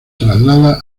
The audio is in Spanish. traslada